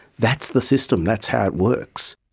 that's the system, that's how it works.